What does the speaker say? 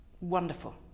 wonderful